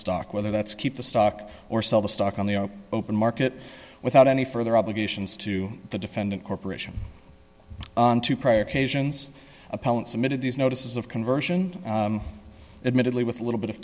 stock whether that's keep the stock or sell the stock on the open market without any further obligations to the defendant corporation on two prior occasions appellant submitted these notices of conversion admittedly with little bit of